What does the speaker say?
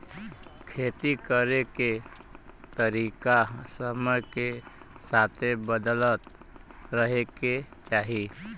खेती करे के तरीका समय के साथे बदलत रहे के चाही